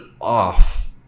off